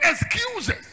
excuses